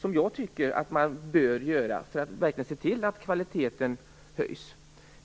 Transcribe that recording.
på vad som bör göras för att se till att kvaliteten höjs.